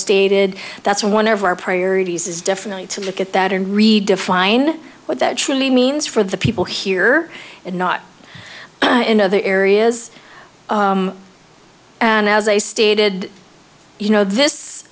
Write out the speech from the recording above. stated that's one of our prayer pieces definitely to look at that and redefine what that truly means for the people here and not in other areas and as a stated you know this